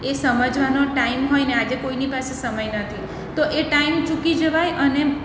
એ સમજવાનો ટાઈમ હોયને એ આજે કોઈની પાસે સમય નથી તો એ ટાઈમ ચૂકી જવાય અને